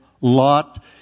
Lot